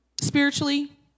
spiritually